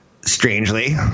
Strangely